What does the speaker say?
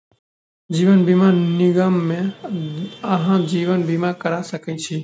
जीवन बीमा निगम मे अहाँ जीवन बीमा करा सकै छी